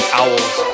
owls